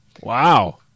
Wow